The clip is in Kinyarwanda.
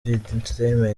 entertainment